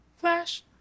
Flash